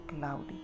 cloudy